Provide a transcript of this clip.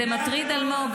אלמוג,